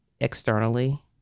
externally